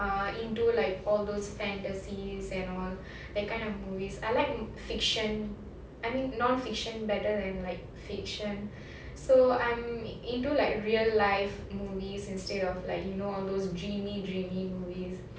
uh into like all those fantasies and all that kind of movies I like fiction I mean non-fiction better than like fiction so I'm into like real life movies instead of like you know all those dreamy dreamy movies